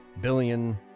billion